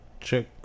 check